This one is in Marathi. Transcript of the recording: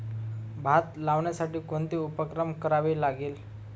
भात लावण्यासाठी कोणते उपकरण वापरावे लागेल?